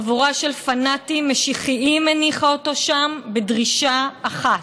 חבורה של פנאטים משיחיים הניחה אותו שם בדרישה אחת: